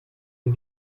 wie